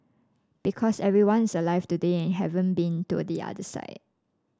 because everyone is alive today and haven't been to the other side